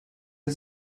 der